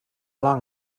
long